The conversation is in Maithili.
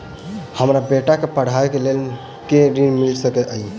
हमरा बेटा केँ पढ़ाबै केँ लेल केँ ऋण मिल सकैत अई?